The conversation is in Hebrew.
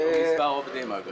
עם בערך אותו מספר עובדים, אגב.